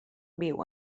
viu